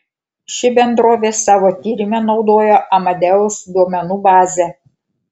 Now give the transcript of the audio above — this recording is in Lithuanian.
ši bendrovė savo tyrime naudojo amadeus duomenų bazę